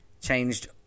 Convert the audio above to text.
changed